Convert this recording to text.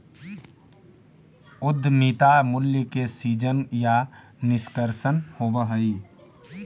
उद्यमिता मूल्य के सीजन या निष्कर्षण होवऽ हई